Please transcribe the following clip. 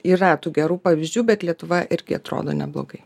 yra tų gerų pavyzdžių bet lietuva irgi atrodo neblogai